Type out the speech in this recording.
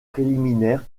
préliminaire